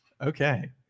okay